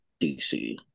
DC